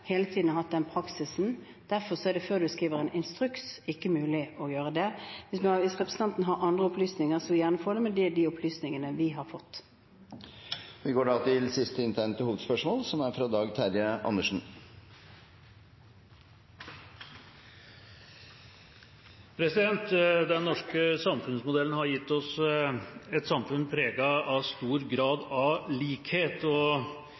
hele tiden har hatt den praksisen. Derfor er det før en skriver en instruks, ikke mulig å gjøre det. Hvis representanten har andre opplysninger, vil jeg gjerne få dem, men det er de opplysningene vi har fått. Vi går da til siste hovedspørsmål. Den norske samfunnsmodellen har gitt oss et samfunn preget av stor grad av likhet.